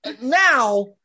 now